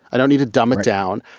i don't need to dumb it down.